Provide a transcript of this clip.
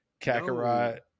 Kakarot